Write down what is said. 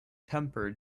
temper